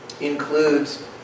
includes